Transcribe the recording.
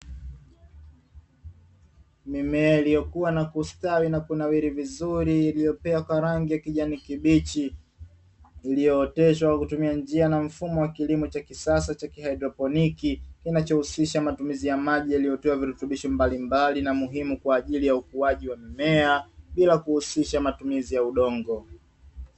Mimea iliyokuwa na kustawi na kunawiri vizuri, iliyopea kwa rangi ya kijani kibichi, iliyooteshwa na kutumia njia na mfumo wa kilimo cha kisasa cha kihydroponiki kinachohusisha matumizi ya maji, yaliyotiwa virutubisho mbalimbali na muhimu kwa ajili ya ukuaji wa mimea bila kuhusisha matumizi ya udongo.